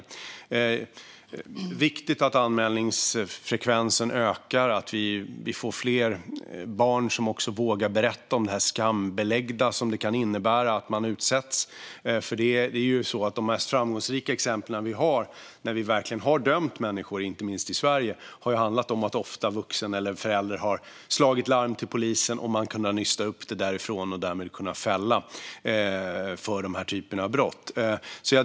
Det är viktigt att anmälningsfrekvensen ökar och att vi får fler barn som vågar berätta om detta skambelagda, som det kan innebära att utsättas för detta. De mest framgångsrika exemplen vi har på att vi verkligen har dömt människor, inte minst i Sverige, har ofta handlat om att en vuxen eller en förälder har slagit larm till polisen. Därifrån har man kunnat nysta upp det, och därmed har man kunnat fälla förövarna av de här typerna av brott.